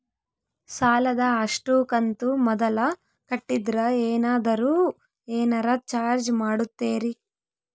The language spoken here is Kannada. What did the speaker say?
ಸಾಲದ ಅಷ್ಟು ಕಂತು ಮೊದಲ ಕಟ್ಟಿದ್ರ ಏನಾದರೂ ಏನರ ಚಾರ್ಜ್ ಮಾಡುತ್ತೇರಿ?